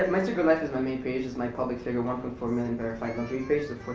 mr. good life is my main page, it's my public figure one for a million verified luxury page so